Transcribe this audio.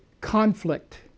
conflict